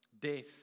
death